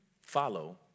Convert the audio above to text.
follow